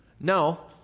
No